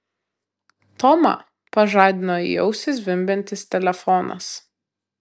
tomą pažadino į ausį zvimbiantis telefonas